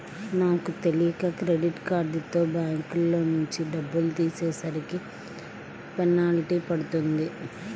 నాకు తెలియక క్రెడిట్ కార్డుతో బ్యాంకులోంచి డబ్బులు తీసేసరికి పెనాల్టీ పడింది